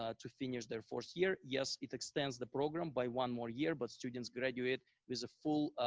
ah to finish their fourth year. yes, it extends the program by one more year, but students graduate with a full,